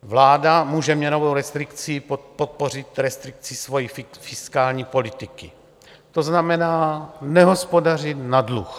Vláda může měnovou restrikcí podpořit restrikci svojí fiskální politiky, to znamená nehospodařit na dluh.